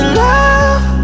love